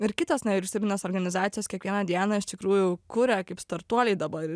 ir kitos nevyriausybinės organizacijos kiekvieną dieną iš tikrųjų kuria kaip startuoliai dabar